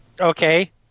Okay